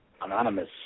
anonymous